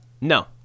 No